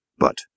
but